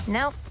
Nope